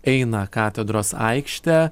eina katedros aikštę